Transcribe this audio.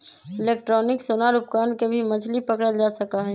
electronic sonar उपकरण से भी मछली पकड़ल जा सका हई